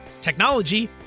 technology